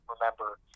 remember